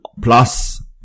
Plus